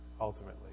ultimately